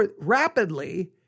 rapidly